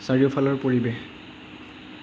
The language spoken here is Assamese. চাৰিওফালৰ পৰিৱেশ